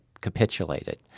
capitulated